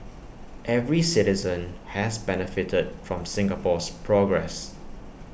every citizen has benefited from Singapore's progress